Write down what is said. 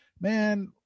man